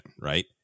right